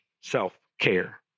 self-care